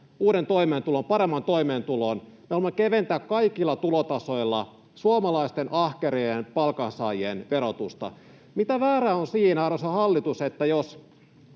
uuden toimeentulon, paremman toimeentulon. Me haluamme keventää kaikilla tulotasoilla suomalaisten ahkerien palkansaajien verotusta. Mitä väärää on siinä, arvoisa hallitus, jos